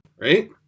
right